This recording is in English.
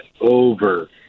over